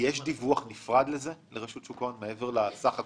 יש דיווח נפרד לרשות שוק ההון מעבר לסך הכל?